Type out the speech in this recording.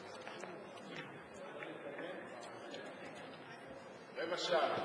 רבע שעה,